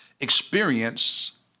experience